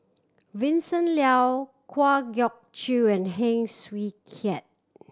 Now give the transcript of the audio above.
Vincent Leow Kwa Geok Choo and Heng Swee Keat